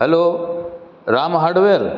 hello Ram hardware